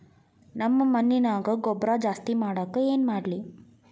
ನಮ್ಮ ಮಣ್ಣಿನ್ಯಾಗ ಗೊಬ್ರಾ ಜಾಸ್ತಿ ಮಾಡಾಕ ಏನ್ ಮಾಡ್ಲಿ?